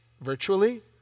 virtually